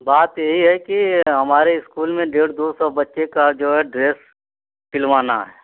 बात यही है कि हमारे इस्कूल में डेढ़ दो सौ बच्चे का जो है ड्रेस सिलवाना है